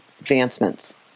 advancements